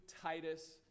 Titus